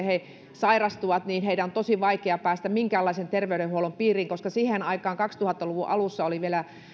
he sitten sairastuvat niin heidän on tosi vaikea päästä minkäänlaisen terveydenhuollon piiriin siihen aikaan kaksituhatta luvun alussa oli vielä